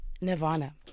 Nirvana